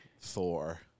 Thor